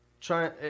trying